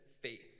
faith